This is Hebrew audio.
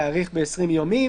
כי אני מבקש כל כך יפה.